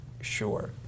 sure